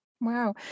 Wow